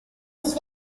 نیز